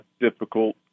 difficult